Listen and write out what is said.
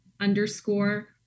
underscore